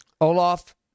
Olaf